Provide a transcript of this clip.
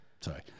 Sorry